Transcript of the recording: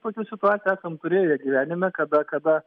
esam turėję gyvenime kada